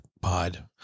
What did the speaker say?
pod